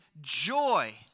joy